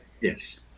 Yes